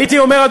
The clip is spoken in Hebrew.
הייתי אומר,